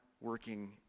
working